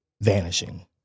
vanishing